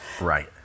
Right